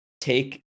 take